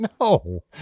No